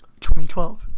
2012